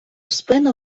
спину